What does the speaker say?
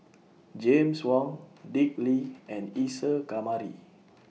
James Wong Dick Lee and Isa Kamari